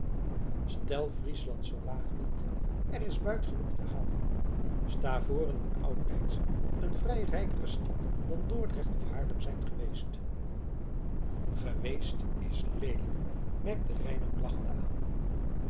stel friesland zoo laag niet er is buit genoeg te halen stavoren moet oudtijds een vrij rijkere stad dan dordrecht of haarlem zijn geweest geweest is leelijk merkte reinout lachende aan